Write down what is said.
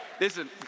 Listen